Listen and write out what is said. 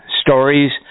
Stories